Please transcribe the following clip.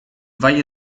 valle